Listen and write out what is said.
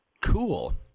cool